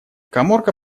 каморка